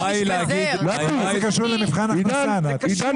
מה זה קשור למבחן הכנסה, נתי?